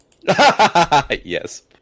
Yes